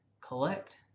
collect